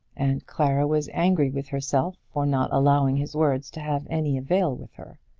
and clara was angry with herself for not allowing his words to have any avail with her.